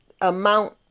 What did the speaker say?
amount